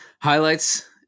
highlights